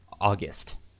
August